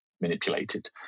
manipulated